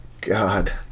God